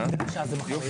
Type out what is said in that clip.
הישיבה ננעלה בשעה